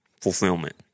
Fulfillment